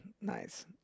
nice